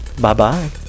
Bye-bye